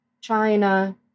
China